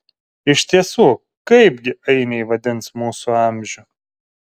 iš tiesų kaipgi ainiai vadins mūsų amžių